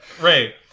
Ray